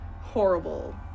horrible